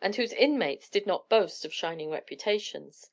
and whose inmates did not boast of shining reputations